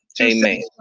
amen